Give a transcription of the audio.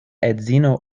edzino